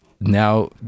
now